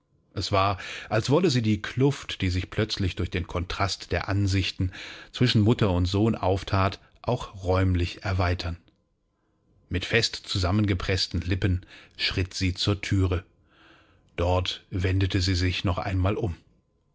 es war als wolle sie die kluft die sich plötzlich durch den kontrast der ansichten zwischen mutter und sohn aufthat auch räumlich erweitern mit fest zusammengepreßten lippen schritt sie zur thüre dort wendete sie sich noch einmal um